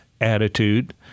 attitude